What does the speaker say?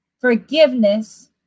Forgiveness